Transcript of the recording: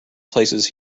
places